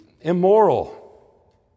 immoral